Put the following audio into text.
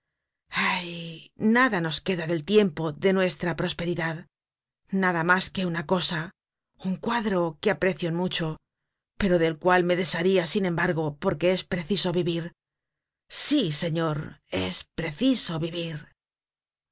ay nada nos queda del tiempo de nuestra prosperidad nada mas que una cosa un cuadro que aprecio en mucho pero del cual me desharia sin embargo porque es preciso vivir sí señor es preciso vivir